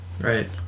right